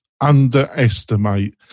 underestimate